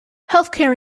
healthcare